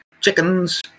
Chickens